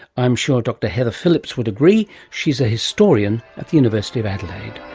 i'm sure dr heather phillips would agree. she's a historian at the university of adelaide.